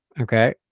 okay